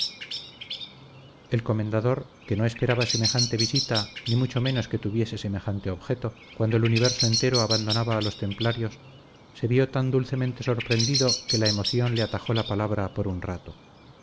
el comendador que no esperaba semejante visita ni mucho menos que tuviese semejante objeto cuando el universo entero abandonaba a los templarios se vio tan dulcemente sorprendido que la emoción le atajó la palabra por un rato